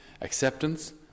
acceptance